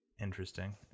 Interesting